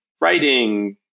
writing